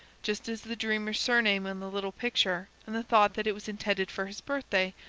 just as the dreamer's surname on the little picture and the thought that it was intended for his birthday,